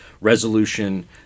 resolution